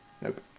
Nope